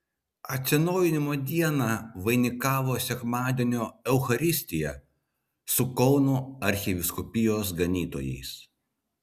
atsinaujinimo dieną vainikavo sekmadienio eucharistija su kauno arkivyskupijos ganytojais